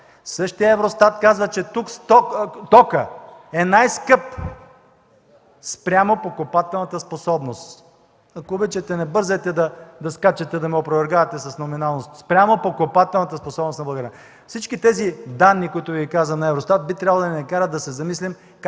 Същият Евростат казва, че тук токът е най-скъп спрямо покупателната способност. (Реплики.) Ако обичате, не бързайте да скачате да ме опровергавате с номиналност – спрямо покупателната способност на българина! Всички тези данни на Евростат, които казвам, би трябвало да ни карат да се замислим